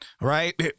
Right